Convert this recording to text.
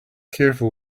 careful